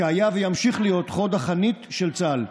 שהיה וימשיך להיות חוד החנית של צה"ל,